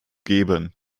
geben